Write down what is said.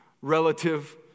relative